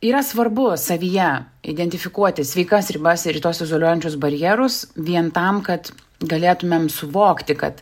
yra svarbu savyje identifikuoti sveikas ribas ir tuos izoliuojančius barjerus vien tam kad galėtumėm suvokti kad